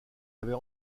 avait